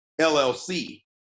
LLC